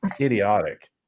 idiotic